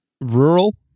Rural